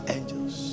Angels